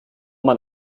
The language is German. man